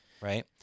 Right